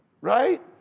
right